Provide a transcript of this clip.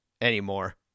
anymore